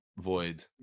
void